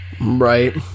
right